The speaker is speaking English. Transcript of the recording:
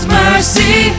mercy